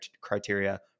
criteria